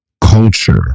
culture